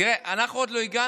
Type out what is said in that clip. תראה, אנחנו עוד לא הגענו